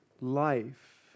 life